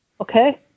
okay